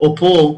או כאן,